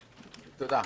תודה.